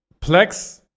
plex